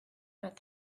vingt